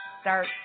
start